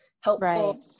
helpful